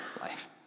life